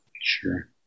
Sure